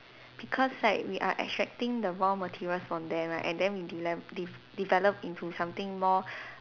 because right we are extracting the raw materials from them right and then we delep~ de~ develop into something more